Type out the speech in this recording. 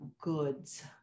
goods